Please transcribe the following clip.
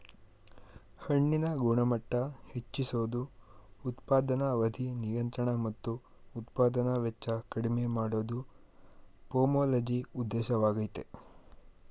ಹಣ್ಣಿನ ಗುಣಮಟ್ಟ ಹೆಚ್ಚಿಸೋದು ಉತ್ಪಾದನಾ ಅವಧಿ ನಿಯಂತ್ರಣ ಮತ್ತು ಉತ್ಪಾದನಾ ವೆಚ್ಚ ಕಡಿಮೆ ಮಾಡೋದು ಪೊಮೊಲಜಿ ಉದ್ದೇಶವಾಗಯ್ತೆ